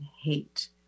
hate